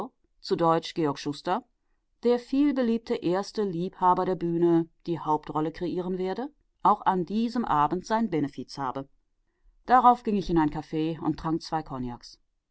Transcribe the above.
zu deutsch georg schuster der vielbeliebte erste liebhaber der bühne die hauptrolle kreieren werde auch an diesem abend sein benefiz habe darauf ging ich in ein caf und trank zwei kognaks